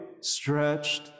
stretched